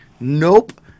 Nope